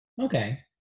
Okay